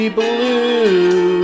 blue